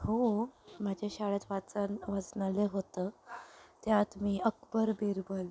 हो माझ्या शाळेत वाचन वाचनालय होतं त्यात मी अकबर बिरबल